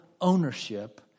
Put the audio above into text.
ownership